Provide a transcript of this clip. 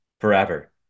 Forever